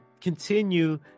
continue